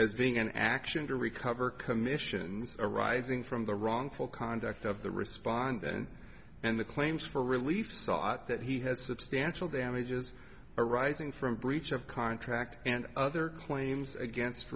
as being an action to recover commissions arising from the wrongful conduct of the respondent and the claims for relief sought that he has substantial damages arising from a breach of contract and other claims against